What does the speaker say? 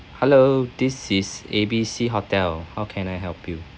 hello this is A B C hotel how can I help you